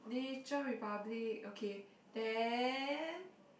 Nature Republic okay then